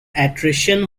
attrition